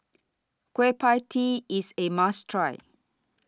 Kueh PIE Tee IS A must Try